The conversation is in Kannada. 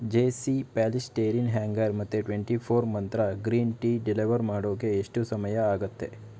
ಜೇಸೀ ಪ್ಯಾಲಿಸ್ಟೇರೀನ್ ಹ್ಯಾಂಗರ್ ಮತ್ತು twenty four Mantra green tea deliver ಮಾಡೋಕ್ಕೆ ಎಷ್ಟು ಸಮಯ ಆಗತ್ತೆ